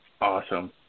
Awesome